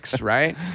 right